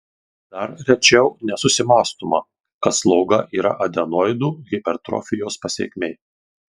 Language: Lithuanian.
dar rečiau nesusimąstoma kad sloga yra adenoidų hipertrofijos pasekmė